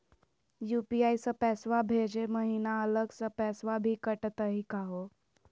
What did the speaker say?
UPI स पैसवा भेजै महिना अलग स पैसवा भी कटतही का हो?